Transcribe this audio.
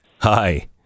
Hi